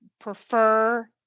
prefer